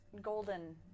golden